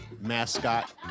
Mascot